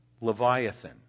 Leviathan